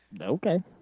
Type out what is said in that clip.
Okay